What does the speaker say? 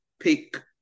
pick